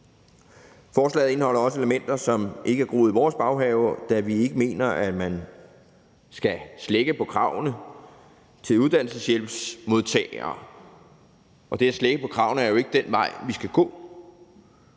Forslaget indeholder også elementer, som ikke er groet i vores baghave, da vi ikke mener, at man skal slække på kravene til uddannelseshjælpsmodtagere, for det at slække på kravene er jo ikke den vej, vi skal gå.